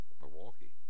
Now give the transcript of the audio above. Milwaukee